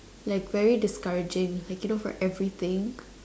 like very discouraging like you know for everything